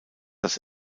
das